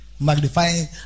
Magnifying